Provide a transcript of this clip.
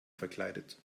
verkleidet